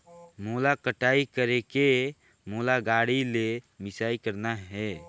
मोला कटाई करेके मोला गाड़ी ले मिसाई करना हे?